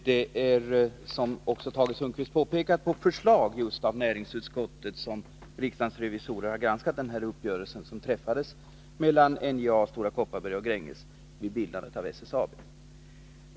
Herr talman! Som Tage Sundkvist har påpekat är det på förslag av näringsutskottet som riksdagens revisorer har granskat den uppgörelse som träffades mellan NJA, Stora Kopparberg och Gränges vid bildandet av SSAB.